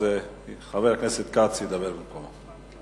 חבר הכנסת כץ ידבר במקומו.